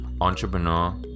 entrepreneur